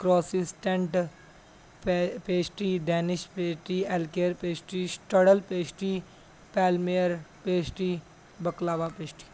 croissant ਪੇ pastry Danish pastry eclair pastry strudel pastry palmier pastry baklava pastry